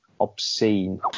obscene